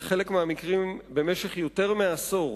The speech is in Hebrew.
בחלק מהמקרים במשך יותר מעשור,